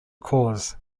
cause